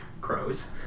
crows